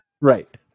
Right